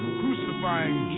crucifying